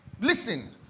Listen